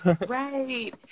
right